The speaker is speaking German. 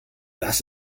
das